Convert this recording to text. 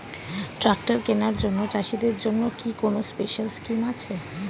Tractor কেনার জন্য চাষিদের জন্য কি কোনো স্পেশাল স্কিম আছে?